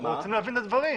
אנחנו רוצים להבין את הדברים.